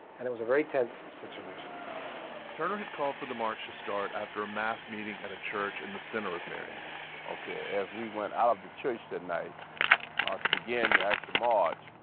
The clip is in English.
and it was a very tense situation turner had called for the march to start after a mass meeting at a church in the center of marion ok, as we went out of the church that night ah to begin the actual march,